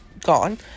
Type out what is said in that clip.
Gone